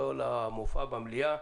על המופע במליאה.